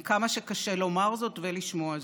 עם כמה שקשה לומר זאת ולשמוע זאת.